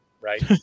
Right